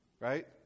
right